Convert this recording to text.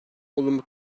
olumlu